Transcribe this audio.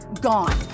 gone